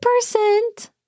percent